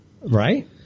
Right